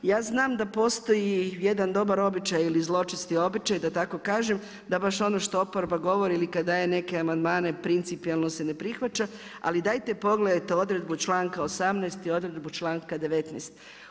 Ja znam da postoji jedan dobar običaj ili zločesti običaj da tako kažem da baš ono što oporba govori ili kada daje neke amandmane principijelno se ne prihvaća, ali dajte pogledajte odredbu članka 18. i odredbu članka 19.